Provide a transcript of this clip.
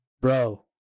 bro